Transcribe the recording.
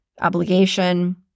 obligation